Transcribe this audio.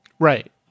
Right